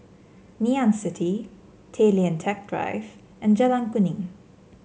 Ngee Ann City Tay Lian Teck Drive and Jalan Kuning